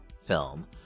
film